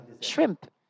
shrimp